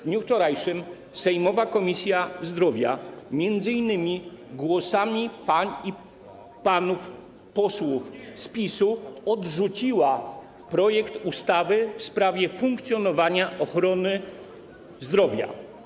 W dniu wczorajszym sejmowa Komisja Zdrowia, m.in. głosami pań i panów posłów z PiS-u, odrzuciła projekt ustawy w sprawie funkcjonowania ochrony zdrowia.